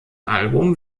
album